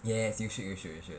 yes you should you should you should